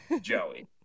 Joey